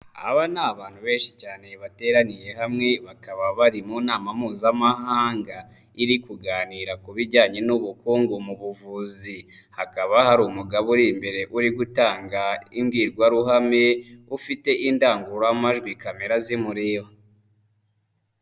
Aba ni abantu benshi cyane bateraniye hamwe, bakaba bari mu nama mpuzamahanga iri kuganira ku bijyanye n'ubukungu mu buvuzi, hakaba hariga uri imbere uri gutanga imbwirwaruhame, ufite indangururamajwi camera zimureba.